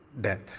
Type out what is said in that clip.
death